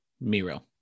Miro